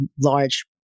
large